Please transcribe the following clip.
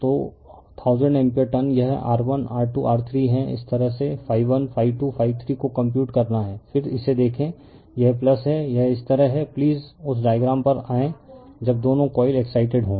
तो 1000 ampere turn यह R1R2R3 है इस तरह से ∅1∅2∅3 को कंप्यूट करना है फिर इसे देखें यह है यह इस तरह है प्लीज उस डायग्राम पर आएं जब दोनों कॉइल एक्साइटेड हों